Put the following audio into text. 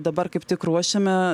dabar kaip tik ruošiame